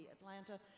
Atlanta